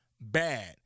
bad